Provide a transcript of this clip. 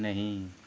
नहीं